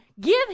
give